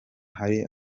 hari